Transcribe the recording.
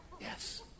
Yes